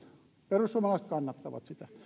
perussuomalaiset kannattavat sitä